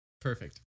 Perfect